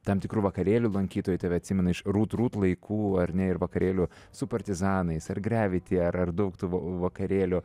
tam tikrų vakarėlių lankytojai tave atsimena iš rutrut laikų ar ne ir vakarėlių su partizanais ar gravity ar ar daug tų va vakarėlių